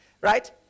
right